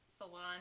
salon